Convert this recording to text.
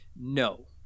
No